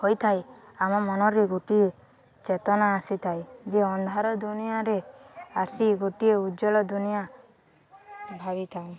ହୋଇଥାଏ ଆମ ମନରେ ଗୋଟିଏ ଚେତନା ଆସିଥାଏ ଯେ ଅନ୍ଧାର ଦୁନିଆରେ ଆସି ଗୋଟିଏ ଉଜ୍ଜଳ ଦୁନିଆ ଭାବିଥାଉ